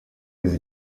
izi